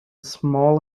small